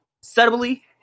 subtly